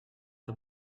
the